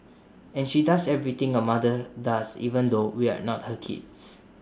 and she does everything A mother does even though we're not her kids